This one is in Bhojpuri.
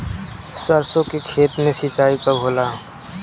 सरसों के खेत मे सिंचाई कब होला?